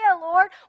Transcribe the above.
Lord